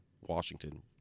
Washington